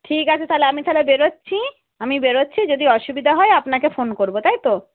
ঠিক আছে তাহলে আমি তাহলে বেরোচ্ছি আমি বেরোচ্ছি যদি অসুবিধা হয় আপনাকে ফোন করব তাই তো